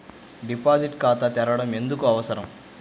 Deposit ఖాతా తెరవడం ఎందుకు అవసరం?